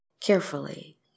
carefully